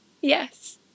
Yes